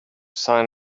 sign